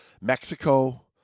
Mexico